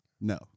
No